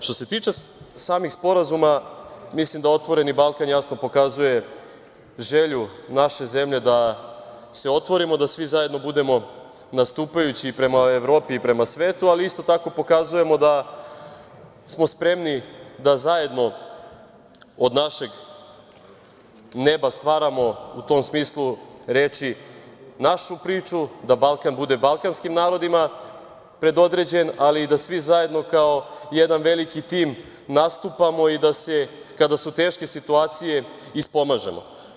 Što se tiče samih sporazuma mislim da „Otvoreni Balkan“ jasno pokazuje želju naše zemlje da se otvorimo i da svi zajedno budemo nastupajući prema Evropi i prema svetu, ali isto tako pokazujemo da smo spremni da zajedno od našeg neba stvaramo u tom smislu reči, našu priču, da Balkan bude balkanskim narodima predodređen, ali i da svi zajedno kao jedan veliki tim nastupamo i da se kada su teške situacije ispomažemo.